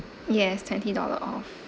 yes twenty dollar off